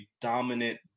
dominant